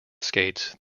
skates